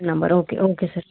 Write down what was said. number okay okay sir